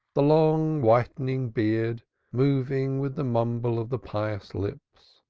the long whitening beard moving with the mumble of the pious lips,